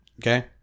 Okay